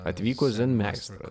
atvyko zen meistras